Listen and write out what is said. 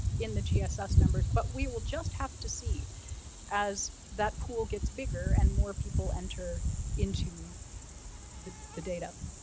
in the gss ah so numbers, but we will just have to see as that pool gets bigger, and more people enter into the the data.